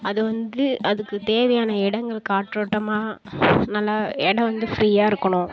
அது வந்து அதுக்கு தேவையான இடங்கள் காற்றோட்டமாக நல்லா இடம் வந்து ஃப்ரீயாக இருக்கணும்